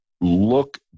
look